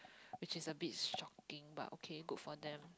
which is a bit shocking but okay good for them